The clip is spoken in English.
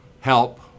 help